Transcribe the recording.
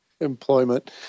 employment